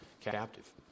captive